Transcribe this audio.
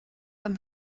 them